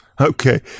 Okay